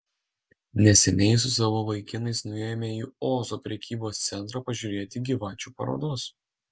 neseniai su savo vaikinais nuėjome į ozo prekybos centrą pažiūrėti gyvačių parodos